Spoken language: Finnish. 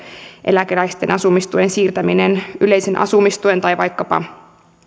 eläkeläisten asumistuen siirtäminen yleisen asumistuen piiriin tai vaikkapa